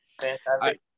fantastic